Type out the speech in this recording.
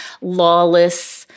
lawless